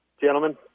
Gentlemen